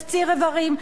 קציר איברים,